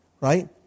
right